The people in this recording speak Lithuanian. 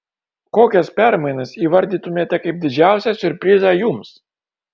kokias permainas įvardytumėte kaip didžiausią siurprizą jums